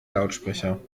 lautsprecher